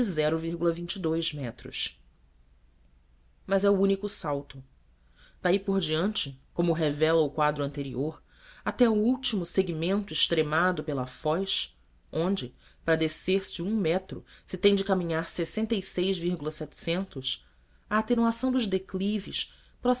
de metros mas é o único salto daí por diante como o revela o quadro anterior até ao último segmento extremado pela foz onde para descer se um metro se tem de caminhar se a atenuação dos declives